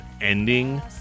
ending